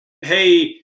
hey